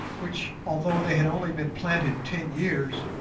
which, although they had only been planted ten years,